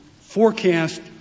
forecast